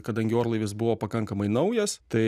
kadangi orlaivis buvo pakankamai naujas tai